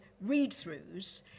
read-throughs